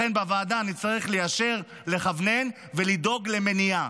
לכן בוועדה נצטרך ליישר, לכוונן ולדאוג למניעה.